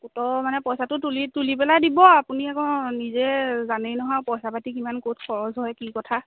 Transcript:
গোটৰ মানে পইচাটো তুলি তুলি পেলাই দিব আপুনি আকৌ নিজে জানেই নহয় পইচা পাতি কিমান ক'ত খৰচ হয় কি কথা